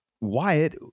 Wyatt